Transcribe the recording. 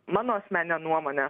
mano asmenine nuomone